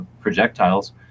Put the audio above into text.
projectiles